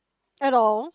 at all